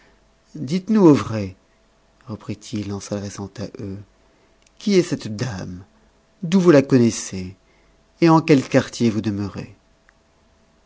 dites-nous au vrai reprit-il en s'adressant à eux qui est cette dame d'où vous la connaissez et en quel quartier vous demeurez